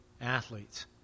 athletes